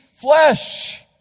flesh